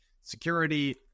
security